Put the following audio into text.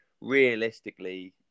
realistically